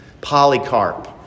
Polycarp